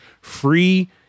free